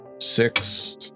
six